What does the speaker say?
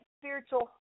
spiritual